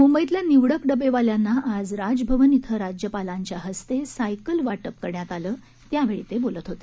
मुंबईतल्या निवडक डबेवाल्यांना आज राज भवन इथं राज्यपालांच्या हस्ते सायकल वाटप करण्यात आलं त्यावेळी ते बोलत होते